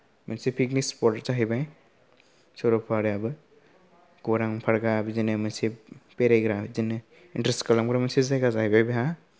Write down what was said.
मोनसे picnic spot जाहैबाय सरलपारायाबो गौरां पार्कआ बिदिनो मोनसे बेरायग्रा बिदिनो इन्ट्रेस्ट खालामग्रा मोनसे जायगा जाहैबाय बेहा